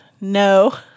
no